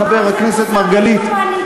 חבר הכנסת מרגלית.